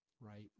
right